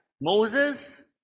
Moses